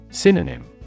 Synonym